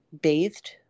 bathed